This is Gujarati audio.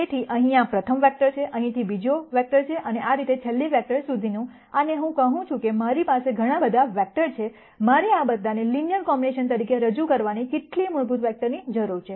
તેથી અહીં આ પ્રથમ વેક્ટર છે અહીંથી બીજો વેક્ટર છે અને આ રીતે છેલ્લી વેક્ટર સુધીની અને હું કહું છું કે મારી પાસે ઘણા બધા વેક્ટર છે મારે આ બધાને લિનયર કોમ્બિનેશન તરીકે રજૂ કરવાની કેટલી મૂળભૂત વેક્ટરની જરૂર છે